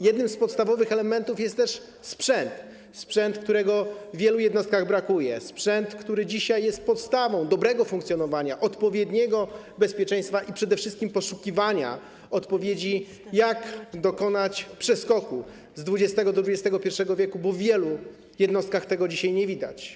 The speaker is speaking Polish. Jednym z podstawowych elementów jest też sprzęt - sprzęt, którego w wielu jednostkach brakuje, sprzęt, który dzisiaj jest podstawą dobrego funkcjonowania, odpowiedniego bezpieczeństwa i przede wszystkim poszukiwania odpowiedzi, jak dokonać przeskoku z XX w. do XXI w., bo w wielu jednostkach tego dzisiaj nie widać.